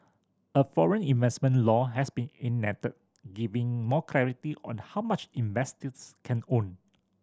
a foreign investment law has been enacted giving more clarity on how much investors can own